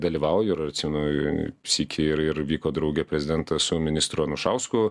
dalyvauju racionuoj sykį ir ir vyko draugė prezidentas su ministru anušausku